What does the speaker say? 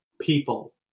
people